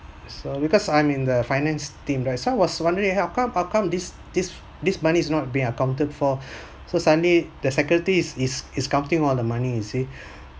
so because I'm in the finance team right so I was wondering how come how come this this this money is not being accounted for so suddenly the secretary is is is counting all the money you see